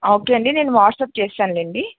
okay అండి నేను WhatsApp చేస్తానులేండి